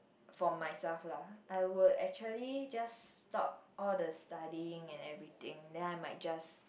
for myself lah I would actually just stop all the studying and everything then I might just